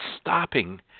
stopping